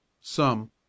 Some